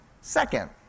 Second